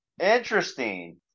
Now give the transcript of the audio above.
interesting